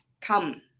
come